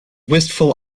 wistful